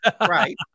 right